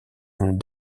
une